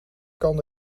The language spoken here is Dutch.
kan